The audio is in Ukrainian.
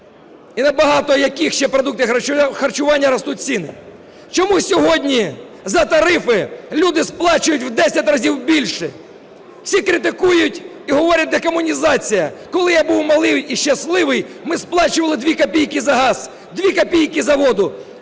і на багато яких ще продуктів харчування ростуть ціни? Чому сьогодні за тарифи люди сплачують в 10 разів більше? Всі критикують і говорять: декомунізація. Коли я був малий і щасливий, ми сплачували 2 копійки за газ, 2 копійки за воду,